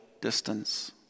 distance